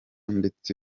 ndetse